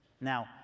Now